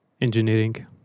Engineering